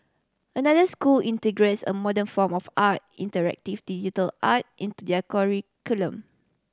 another school integrates a modern form of art interactive digital art into their curriculum